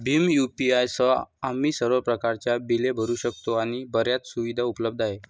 Bhim UPI सह, आम्ही सर्व प्रकारच्या बिले भरू शकतो आणि बर्याच सुविधा उपलब्ध आहेत